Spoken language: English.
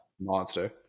Monster